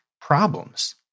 problems